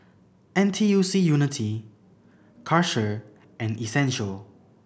N T U C Unity Karcher and Essential